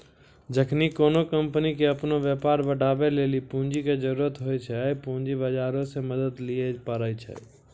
जखनि कोनो कंपनी के अपनो व्यापार बढ़ाबै लेली पूंजी के जरुरत होय छै, पूंजी बजारो से मदत लिये पाड़ै छै